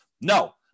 no